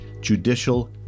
judicial